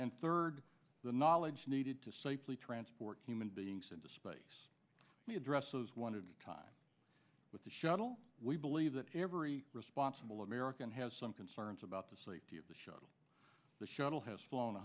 and third the knowledge needed to safely transport human beings into space the address those wanted time with the shuttle we believe that every responsible american has some concerns about the safety of the shuttle the shuttle has flown